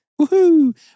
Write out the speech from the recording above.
woohoo